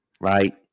right